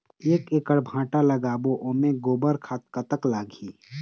एक एकड़ भांटा लगाबो ओमे गोबर खाद कतक लगही?